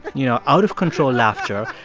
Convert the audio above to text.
you know, out-of-control laughter,